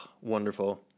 wonderful